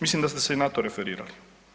Mislim da sam ste i na to referirali.